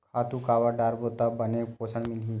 खातु काबर डारबो त बने पोषण मिलही?